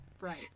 Right